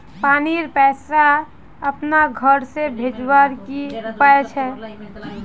पानीर पैसा अपना घोर से भेजवार की उपाय छे?